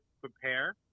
prepare